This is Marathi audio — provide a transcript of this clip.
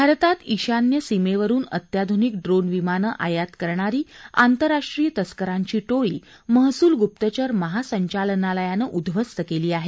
भारतात ईशान्य सीमेवरुन अत्याधुनिक ड्रोन विमानं आयात करणारी आंतरराष्ट्रीय तस्करांची टोळी महसूल गुप्तचर महासंचालनालयानं उद्ध्वस्त केली आहे